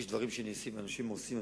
יש דברים שניסינו אנשים עושים,